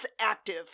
active